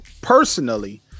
personally